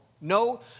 No